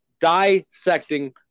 dissecting